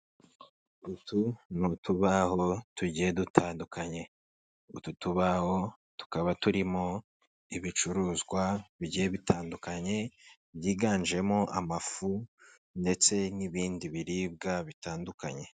Utu ni utubaho tugiye dutandukanye, utu tubaho tukaba turimo ibicuruzwa bigiye bitandukanye byiganjemo amafu ndetse n'ibindi biribwa bitandukanye.